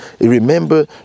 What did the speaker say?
Remember